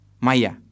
maya